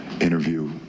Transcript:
interview